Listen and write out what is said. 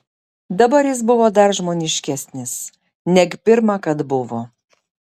dabar jis buvo dar žmoniškesnis neg pirma kad buvo